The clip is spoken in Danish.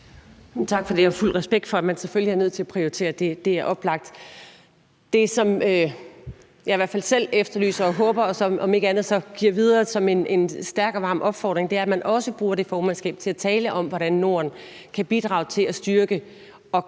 Tak for det, og jeg har fuld respekt for, at man selvfølgelig er nødt til at prioritere det; det er oplagt. Det, som jeg i hvert fald selv efterlyser og håber om ikke andet så at give videre som en stærk og varm opfordring, er, at man også bruger det formandskab til at tale om, hvordan Norden ved at genskabe